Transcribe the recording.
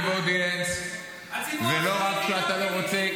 החרדי הוא לא --- הוא לא מעניין --- הציבור החרדי והפרימיטיבי.